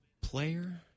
player